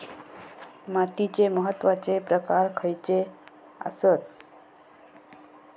मातीचे महत्वाचे प्रकार खयचे आसत?